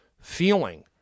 feeling